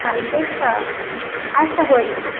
কালকেরটা আচ্ছা হয়ে যাবে